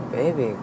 baby